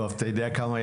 בנוסף,